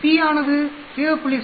P ஆனது 0